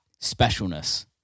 specialness